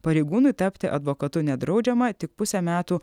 pareigūnui tapti advokatu nedraudžiama tik pusę metų